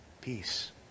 Peace